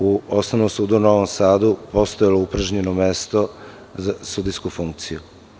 U Osnovnom sudu u Novom Sada je postojalo upražnjeno mesto za sudijsku funkciju.